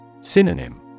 Synonym